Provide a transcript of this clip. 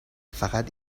فقط